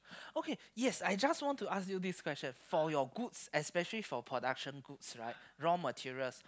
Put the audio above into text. okay yes I just want to ask this question for your goods especially for your production goods right for raw material